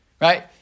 right